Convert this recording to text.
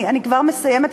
אני כבר מסיימת,